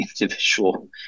individual